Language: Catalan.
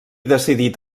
decidit